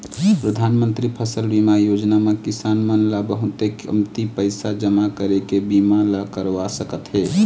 परधानमंतरी फसल बीमा योजना म किसान मन ल बहुते कमती पइसा जमा करके बीमा ल करवा सकत हे